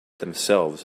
themselves